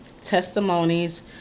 testimonies